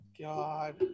God